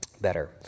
better